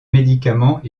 médicament